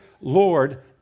Lord